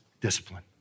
discipline